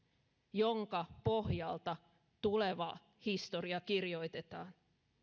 jonka pohjalta tuleva historia kirjoitetaan